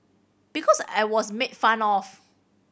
because I was made fun of